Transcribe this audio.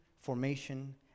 formation